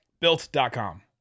built.com